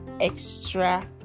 extra